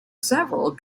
several